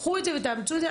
קחו את זה ותאמצו את זה.